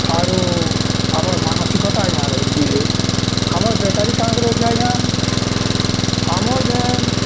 ଆରୁ ଆମର୍ ମାନସିକତା ଆଜ୍ଞା ରହିଚେ ଆମର୍ ବେକାରୀ କାଏଁକରି ଅଛେ ଆଜ୍ଞା ଆମର୍ ଯେନ୍